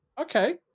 okay